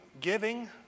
giving